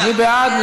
מי בעד?